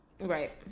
Right